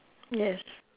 yes